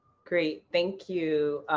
great, thank you,